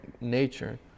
nature